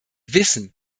wissen